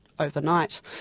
overnight